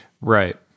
Right